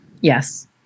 Yes